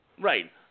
Right